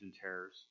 terrors